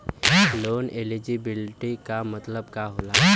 Loan eligibility का मतलब का होला?